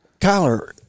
kyler